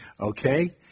Okay